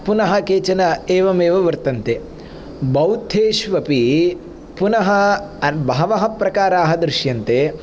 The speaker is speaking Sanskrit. पुनः केचन एवमेव वर्तन्ते बौद्धेष्वपि पुनः बहवः प्रकाराः दृश्यन्ते